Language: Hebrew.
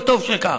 וטוב שכך.